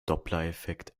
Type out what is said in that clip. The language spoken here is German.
dopplereffekt